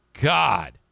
God